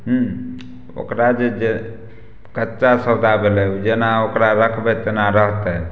हूँ ओकरा जे जे कच्चा सौदा भेलै उ जेना ओकरा रखबै तेना रहतनि